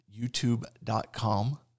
youtube.com